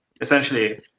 essentially